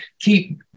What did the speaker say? keep